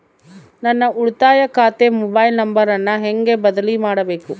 ನನ್ನ ಉಳಿತಾಯ ಖಾತೆ ಮೊಬೈಲ್ ನಂಬರನ್ನು ಹೆಂಗ ಬದಲಿ ಮಾಡಬೇಕು?